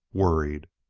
worried.